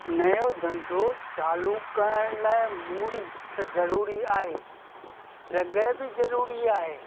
नयो धंधो चालू करण लाइ मूड़ी त ज़रूरी आहे जॻह बि ज़रूरी आहे